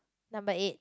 number eight